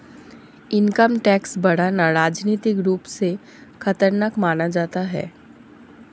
income tax बढ़ाना राजनीतिक रूप से खतरनाक माना जाता है